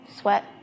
sweat